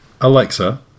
Alexa